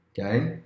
Okay